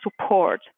support